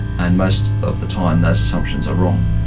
and most of the time those assumptions are wrong.